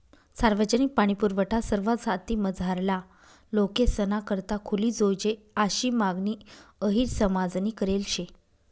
सार्वजनिक पाणीपुरवठा सरवा जातीमझारला लोकेसना करता खुली जोयजे आशी मागणी अहिर समाजनी करेल शे